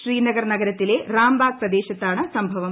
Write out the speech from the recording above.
ശ്രീനഗർ നഗരത്തിലെ റാംബാഗ് പ്രദേശത്താണ് സുംഭവം